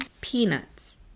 peanuts